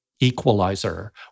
equalizer